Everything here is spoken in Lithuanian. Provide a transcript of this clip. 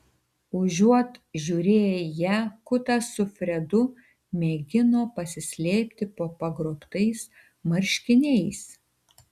užuot žiūrėję į ją kutas su fredu mėgino pasislėpti po pagrobtais marškiniais